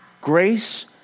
grace